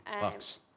bucks